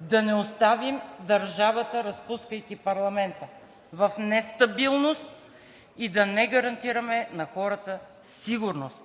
да не оставим държавата, разпускайки парламента, в нестабилност и да не гарантираме на хората сигурност,